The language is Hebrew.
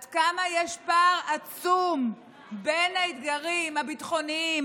עד כמה יש פער עצום בין האתגרים הביטחוניים